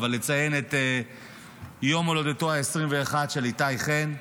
אבל לציין את יום הולדתו ה-21 של איתי חן.